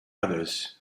others